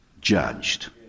judged